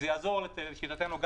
לשיטתנו,